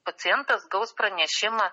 pacientas gaus pranešimą